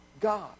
God